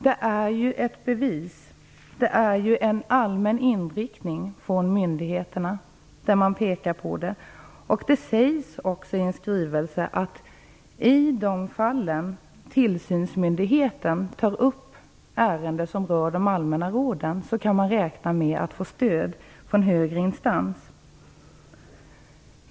Det är ett bevis och en allmän inriktning från myndigheterna. Det sägs också i en skrivelse att i de fallen tillsynsmyndigheten tar upp ärenden som rör de allmänna råden kan man räkna med att få stöd från högre instans.